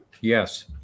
Yes